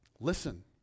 listen